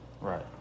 Right